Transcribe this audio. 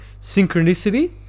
synchronicity